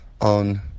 on